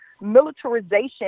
militarization